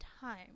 time